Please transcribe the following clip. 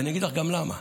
אני אגיד לך גם למה.